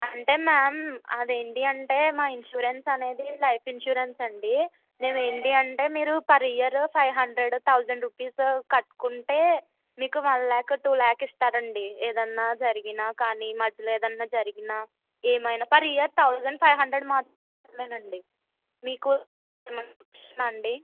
అంటే మ్యామ్ అది ఏంటి అంటే మా ఇన్సూరెన్స్ అనేది లైఫ్ ఇన్సూరెన్స్ అండీ మేమేంటి అంటే మీరు per year five hundred thousand rupees కట్టుకుంటే మీకు వన్ ల్యాక్ టూ ల్యాక్ ఇస్తారండి ఏదైన జరిగినా కానీ మధ్యలో ఏదైనా జరిగినా ఏమైనా per year thousand five hundred మాత్రమే నండి మీకు ఇష్టమా అండి